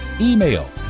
email